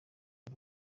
ubu